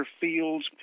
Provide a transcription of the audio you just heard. fields